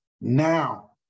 Now